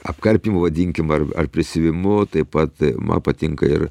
apkarpymu vadinkim ar ar prisiuvimu taip pat man patinka ir